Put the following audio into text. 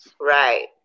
Right